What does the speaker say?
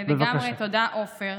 לגמרי תודה, עופר.